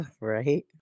Right